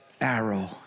arrow